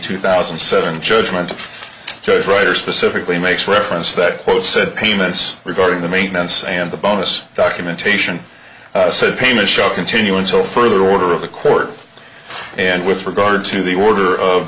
two thousand and seven judgement just right or specifically makes reference that quote said payments regarding the maintenance and the bonus documentation said pain and shock continue until further order of the court and with regard to the order of